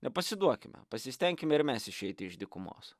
nepasiduokime pasistenkime ir mes išeiti iš dykumos